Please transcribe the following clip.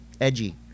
edgy